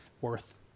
worth